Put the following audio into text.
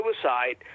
suicide